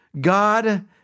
God